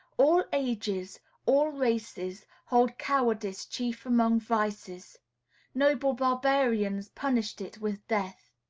all ages, all races, hold cowardice chief among vices noble barbarians punished it with death.